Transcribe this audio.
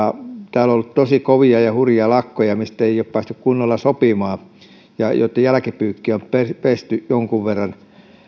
täällä on ollut tosi kovia ja hurjia lakkoja joista ei ole päästy kunnolla sopimaan ja joitten jälkipyykkiä on pesty jonkun verran